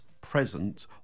present